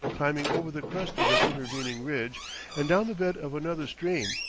climbing over the crest of an intervening ridge and down the bed of another stream.